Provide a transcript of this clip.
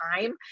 time